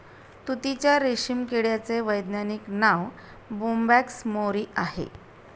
तुतीच्या रेशीम किड्याचे वैज्ञानिक नाव बोंबॅक्स मोरी आहे